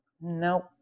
Nope